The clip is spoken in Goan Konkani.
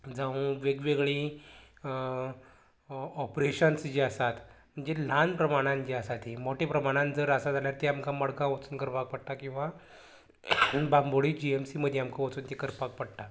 जावूं वेगवेगळीं ऑपरेशन्स जे आसात जी ल्हान प्रमाणांत जी आसात तीं मोठे प्रमाणांत जर आसा जाल्यार तीं आमकां मडगांव वचून करपा पडटा किंवां बांबोळी जिएमसी मदी आमकां तीं वचून करपाक पडटा